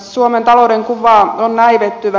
suomen talouden kuva on näivettyvä